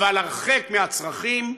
אבל הרחק מהצרכים.